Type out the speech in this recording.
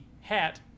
hat